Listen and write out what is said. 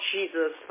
Jesus